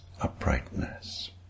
uprightness